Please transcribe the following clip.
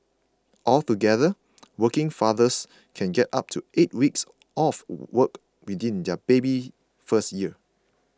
altogether working fathers can get up to eight weeks off work within their baby's first year